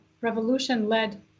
revolution-led